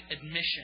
admission